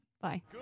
bye